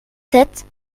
sept